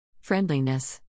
Friendliness